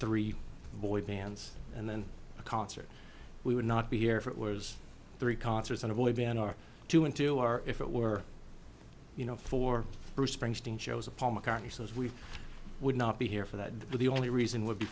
three boy bands and then a concert we would not be here if it was three concerts and avoid we are doing to our if it were you know for bruce springsteen shows a paul mccartney says we would not be here for that and the only reason would be